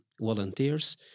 volunteers